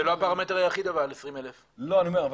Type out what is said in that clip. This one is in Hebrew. אבל זה לא הפרמטר היחיד, 20,000. לא, אבל